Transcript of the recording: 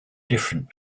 different